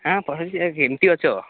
ହାଁ କେମିତି ଅଛ